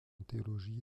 théologie